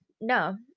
No